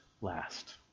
last